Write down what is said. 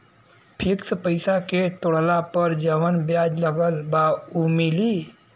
Fix पैसा के तोड़ला पर जवन ब्याज लगल बा उ मिली?